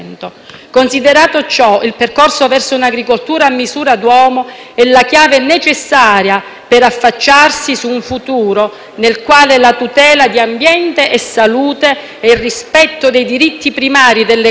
per affacciarsi su un futuro nel quale la tutela di ambiente e salute e il rispetto dei diritti primari delle comunità devono tornare ad avere la priorità che spetta loro nella nostra scala di valori.